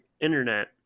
internet